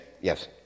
yes